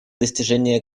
достижения